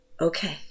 okay